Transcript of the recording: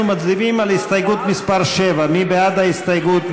אנחנו מצביעים על הסתייגות מס' 7. מי בעד ההסתייגות?